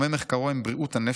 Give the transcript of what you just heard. תחומי מחקרו הם בריאות הנפש,